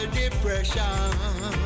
depression